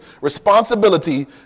responsibility